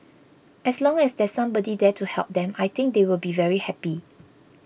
as long as there's somebody there to help them I think they will be very happy